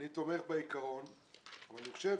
אני תומך בעיקרון אבל אני חושב